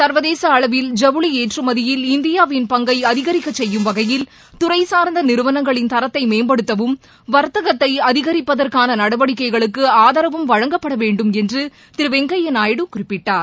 சர்வதேச அளவில் ஜவுளி ஏற்றுமதியில் இந்தியாவின் பங்கை அதிகரிக்க செய்யும் வகையில் துறை சார்ந்த நிறுவனங்களின் தரத்தை மேம்படுத்தவும் வர்த்தகத்தை அதிகரிப்பதற்கான நடவடிக்கைகளுக்கு ஆதரவும் வழங்கப்படவேண்டும் என்று திரு வெங்கய்யா நாயுடு குறிப்பிட்டார்